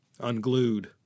unglued